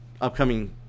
upcoming